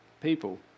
people